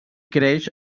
creix